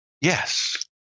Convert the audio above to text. Yes